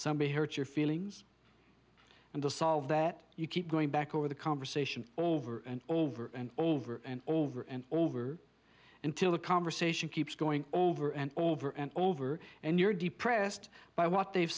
somebody hurt your feelings and to solve that you keep going back over the conversation over and over and over and over and over until the conversation keeps going over and over and over and you're depressed by what they've